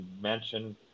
mansion